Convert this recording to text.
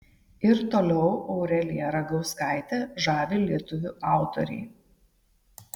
ir toliau aureliją ragauskaitę žavi lietuvių autoriai